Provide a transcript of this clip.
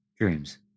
Dreams